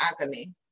agony